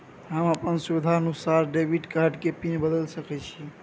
हम अपन सुविधानुसार डेबिट कार्ड के पिन बदल सके छि?